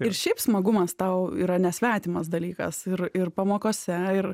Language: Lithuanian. ir šiaip smagumas tau yra nesvetimas dalykas ir ir pamokose ir